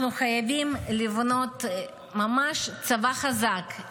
אנחנו חייבים לבנות ממש צבא חזק,